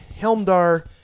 Helmdar